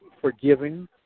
forgiving